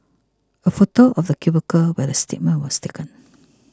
a photo of the cubicle where the statement was taken